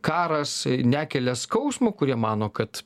karas nekelia skausmo kurie mano kad